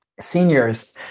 seniors